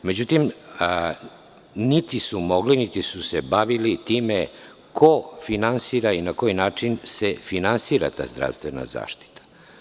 Međutim, niti su mogli niti su se bavili time ko finansira i na koji način se finansira ta zdravstvena zaštita.